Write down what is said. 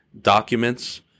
documents